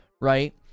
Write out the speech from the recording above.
right